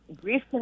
Grief